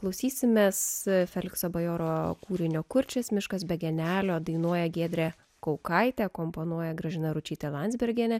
klausysimės felikso bajoro kūrinio kurčias miškas be genelio dainuoja giedrė kaukaitė akompanuoja gražina ručytė landsbergienė